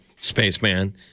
Spaceman